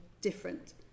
different